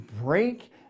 break